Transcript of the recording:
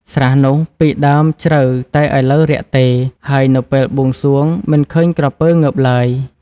ស្រះនោះពីដើមជ្រៅតែឥឡូវរាក់ទេ ហើយ នៅពេលបួងសួងមិនឃើញក្រពើងើបឡើយ ។